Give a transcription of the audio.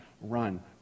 run